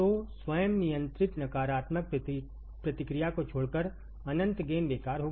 तो स्वयं नियंत्रित नकारात्मक प्रतिक्रिया को छोड़कर अनंत गेन बेकार होगा